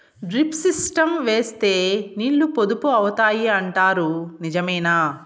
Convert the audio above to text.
Drip system వేస్తే నీళ్లు పొదుపు అవుతాయి అంటారు నిజమేనా?